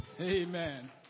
Amen